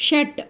षट्